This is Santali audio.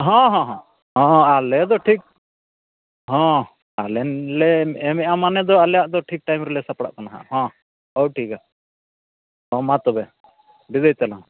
ᱦᱚᱸ ᱦᱚᱸ ᱦᱚᱸ ᱟᱞᱮ ᱫᱚ ᱴᱷᱤᱠ ᱦᱚᱸ ᱟᱞᱮᱞᱮ ᱮᱢᱮᱫᱼᱟ ᱢᱟᱱᱮ ᱫᱚ ᱟᱞᱮᱭᱟᱜ ᱫᱚ ᱴᱷᱤᱠ ᱴᱟᱭᱤᱢ ᱨᱮᱞᱮ ᱥᱟᱯᱲᱟᱜ ᱠᱟᱱᱟ ᱦᱟᱸᱜ ᱦᱚᱸ ᱚ ᱴᱷᱤᱠᱟ ᱦᱚᱸ ᱢᱟ ᱛᱚᱵᱮ ᱵᱤᱫᱟᱹᱭ ᱛᱟᱞᱟᱝ